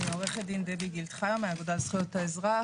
עורכת דין דבי גילד-חיו מהאגודה לזכויות האזרח,